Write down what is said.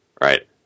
right